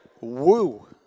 Woo